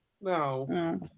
no